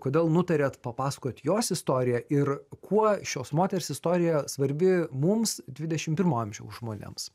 kodėl nutarėt papasakot jos istoriją ir kuo šios moters istorija svarbi mums dvidešim pirmo amžiaus žmonėms